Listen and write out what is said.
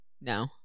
No